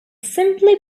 simply